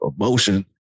emotion